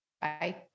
Bye